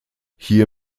hier